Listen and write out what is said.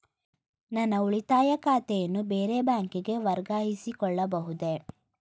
ನನ್ನ ಉಳಿತಾಯ ಖಾತೆಯನ್ನು ಬೇರೆ ಬ್ಯಾಂಕಿಗೆ ವರ್ಗಾಯಿಸಿಕೊಳ್ಳಬಹುದೇ?